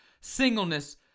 singleness